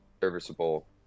serviceable